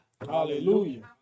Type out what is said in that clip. Hallelujah